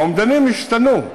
האומדנים השתנו,